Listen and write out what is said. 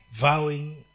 vowing